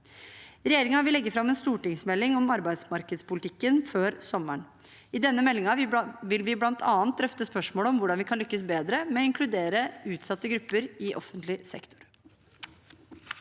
Regjeringen vil legge fram en stortingsmelding om arbeidsmarkedspolitikken før sommeren. I denne meldingen vil vi bl.a. drøfte spørsmålet om hvordan vi kan lykkes bedre med å inkludere utsatte grupper i offentlig sektor.